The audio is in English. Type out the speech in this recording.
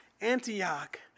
Antioch